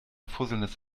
fusselndes